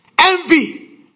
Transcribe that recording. Envy